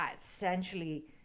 essentially